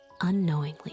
unknowingly